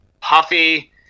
puffy